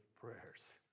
prayers